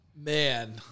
Man